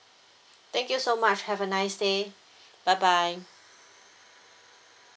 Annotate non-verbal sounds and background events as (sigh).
thank you so much have a nice day (breath) bye bye